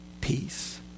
peace